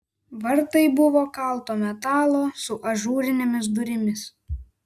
vartai buvo kalto metalo su ažūrinėmis durimis